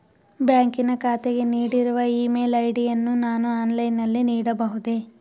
ಬ್ಯಾಂಕಿನ ಖಾತೆಗೆ ನೀಡಿರುವ ಇ ಮೇಲ್ ಐ.ಡಿ ಯನ್ನು ನಾನು ಆನ್ಲೈನ್ ನಲ್ಲಿ ನೀಡಬಹುದೇ?